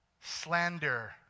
Slander